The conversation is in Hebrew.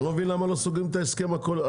אני לא מבין למה לא סוגרים את ההסכם הגדול,